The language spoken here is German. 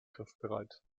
griffbereit